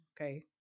Okay